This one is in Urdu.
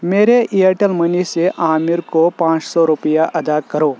میرے ایئرٹیل منی سے عامرکو پانچ سو روپیہ ادا کرو